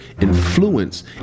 influence